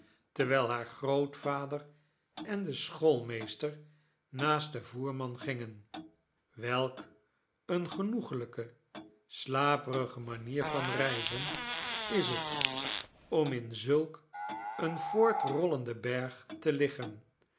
terwijl haar grootvader en de schoolmeester naast den voerman gingen welk eene genoeglijke slaperige maniervan reizen is het om in zulk een voortrollenden berg te liggen